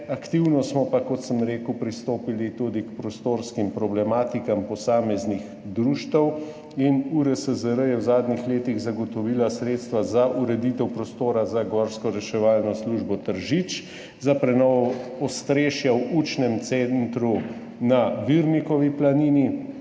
pa smo aktivno pristopili tudi k prostorskim problematikam posameznih društev in URSZR je v zadnjih letih zagotovila sredstva za ureditev prostora za Gorsko reševalno službo Tržič, za prenovo ostrešja v učnem centru na Virnikovi planini,